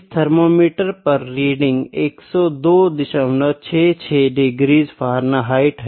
इस थर्मामीटर पर रीडिंग है 10266 डिग्रीज फ़ारेनहाइट